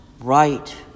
right